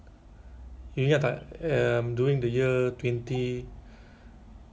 so um laymans kan the back end ah so